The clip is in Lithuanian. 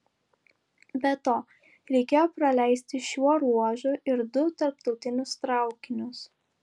be to reikėjo praleisti šiuo ruožu ir du tarptautinius traukinius